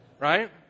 Right